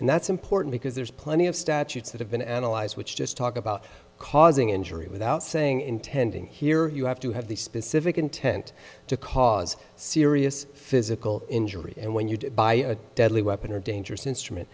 and that's important because there's plenty of statutes that have been analyzed which just talk about causing injury without saying intending here you have to have the specific intent to cause serious physical injury and when you buy a deadly weapon or dangerous instrument